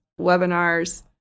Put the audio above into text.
webinars